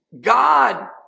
God